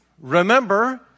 Remember